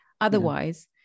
otherwise